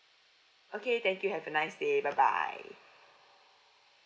okay thank you have a nice day bye bye